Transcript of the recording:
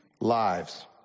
lives